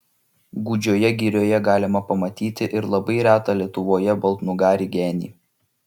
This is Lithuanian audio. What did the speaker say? gūdžioje girioje galima pamatyti ir labai retą lietuvoje baltnugarį genį